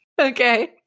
Okay